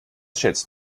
schätzt